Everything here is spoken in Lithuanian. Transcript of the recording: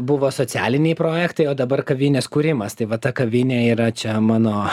buvo socialiniai projektai o dabar kavinės kūrimas tai va ta kavinė yra čia mano